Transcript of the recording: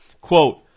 Quote